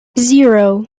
zero